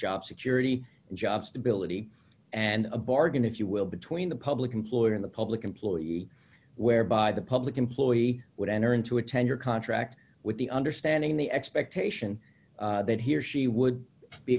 job security and job stability and a bargain if you will between the public employer and the public employee whereby the public employee would enter into a ten year contract with the understanding the expectation that he or she would be